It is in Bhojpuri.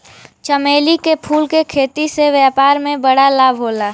चमेली के फूल के खेती से व्यापार में बड़ा लाभ होला